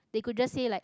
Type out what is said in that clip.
they could just say like